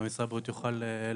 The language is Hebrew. אולי משרד הבריאות יוכל להרחיב,